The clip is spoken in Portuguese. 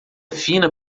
fina